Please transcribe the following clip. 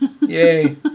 Yay